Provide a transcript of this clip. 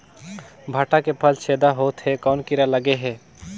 भांटा के फल छेदा होत हे कौन कीरा लगे हे?